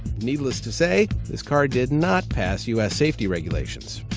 needless to say. this car did not pass us safety regulations.